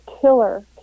killer